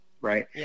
right